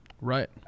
Right